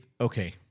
okay